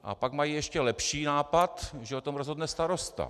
A pak mají ještě lepší nápad, že o tom rozhodne starosta.